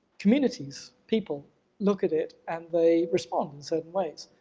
communities, people look at it and they respond in certain ways.